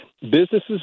businesses